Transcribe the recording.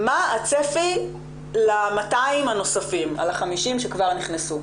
מה הצפי ל-200 הנוספים על ה-50 שכבר נכנסו?